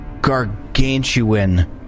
gargantuan